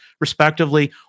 respectively